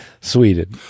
Sweden